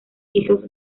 hijos